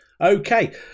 Okay